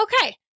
okay